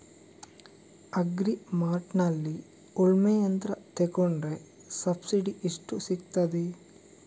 Agri ಮಾರ್ಟ್ನಲ್ಲಿ ಉಳ್ಮೆ ಯಂತ್ರ ತೆಕೊಂಡ್ರೆ ಸಬ್ಸಿಡಿ ಎಷ್ಟು ಸಿಕ್ತಾದೆ?